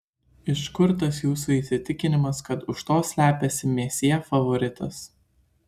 iš kur tas jūsų įsitikinimas kad už to slepiasi mesjė favoritas